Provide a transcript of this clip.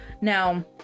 Now